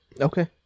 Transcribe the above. Okay